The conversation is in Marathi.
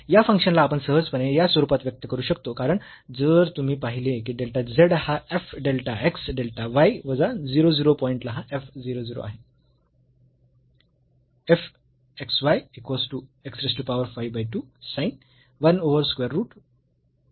या फंक्शनला आपण सहजपणे या स्वरूपात व्यक्त करू शकतो कारण जर तुम्ही पाहिले की डेल्टा z हा f delta x delta y वजा 0 0 पॉईंट ला हा f 0 0 आहे